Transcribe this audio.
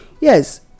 Yes